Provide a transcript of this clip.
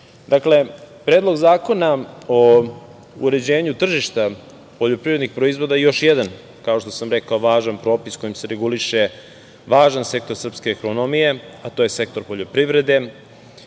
Predlog zakona o uređenju tržišta poljoprivrednih proizvoda je još jedan, kao što sam rekao, važan propis kojim se reguliše važan sektor srpske ekonomije, a to je sektor poljoprivrede,